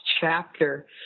chapter